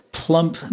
plump